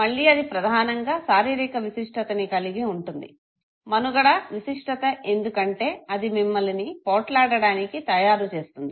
మళ్ళీ అది ప్రధానంగా శారీరక విశిష్టితని కలిగి ఉంటుంది మనుగడ విశిష్టిత ఎందుకంటే అది మిమ్మలిని పోట్లాడడానికి తయారు చేస్తుంది